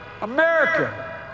America